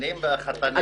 השושבינים והחתנים חסרים.